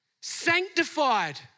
Sanctified